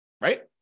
Right